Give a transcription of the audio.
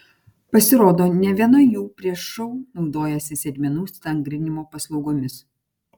pasirodo ne viena jų prieš šou naudojasi sėdmenų stangrinimo paslaugomis